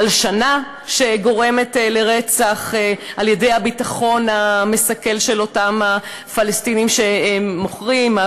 הלשנה שגורמת לרצח על-ידי הביטחון המסכל של אותם הפלסטינים שמוכרים,